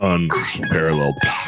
Unparalleled